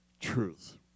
truth